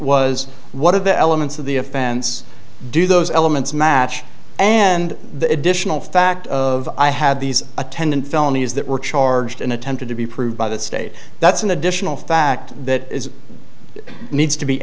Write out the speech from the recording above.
was one of the elements of the offense do those elements match and the additional fact of i had these attendant felonies that were charged and attempted to be proved by the state that's an additional fact that needs to be